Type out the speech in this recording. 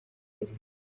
isi